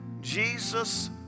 jesus